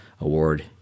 award